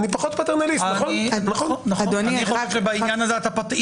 אני פחות פטרנליסט.